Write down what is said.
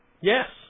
yes